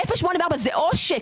זה עושק.